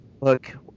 Look